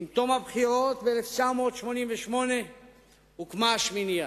עם תום הבחירות ב-1988 הוקמה השמינייה.